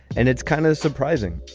and it's kind of surprising